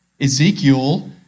Ezekiel